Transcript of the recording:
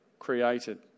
Created